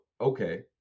okay